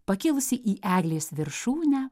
pakėlusi į eglės viršūnę